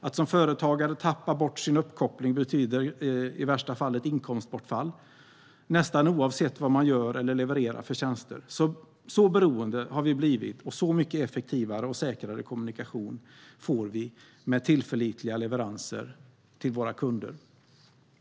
Att som företagare tappa sin uppkoppling betyder i värsta fall ett inkomstbortfall, nästan oavsett vad man gör eller vad man levererar för tjänster. Så beroende har vi blivit, och så mycket effektivare och säkrare kommunikation får vi med tillförlitliga leveranser till våra kunder